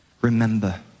remember